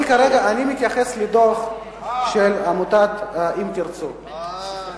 אני מתייחס לדוח של עמותת "אם תרצו".